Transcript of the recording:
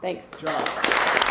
Thanks